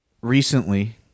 Recently